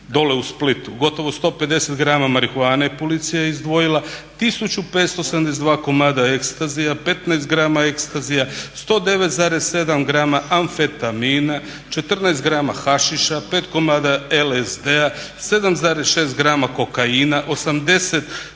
dole u Splitu, gotovo 150 grama marihuane je policija izdvojila, 1572 komada ecstasya, 15 grama ecstasya, 109,7 grama amfetamina, 14 grama hašiša 5 komada LSD-a, 7,6 grama kokaina, 80,2 grama